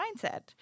mindset